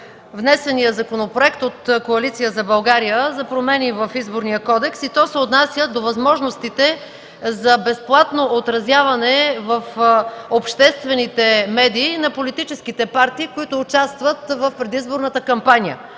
внесения законопроект от Коалиция за България, за промени в Изборния кодекс и то се отнася до възможностите за безплатно отразяване в обществените медии на политическите партии, които участват в предизборната кампания.